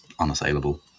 unassailable